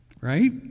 right